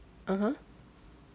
(uh huh)